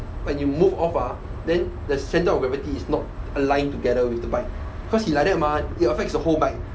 when you move off ah then the centre of gravity is not align together with the bike cause he like that mah it affects the whole bike